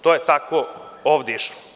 To je tako ovde išlo.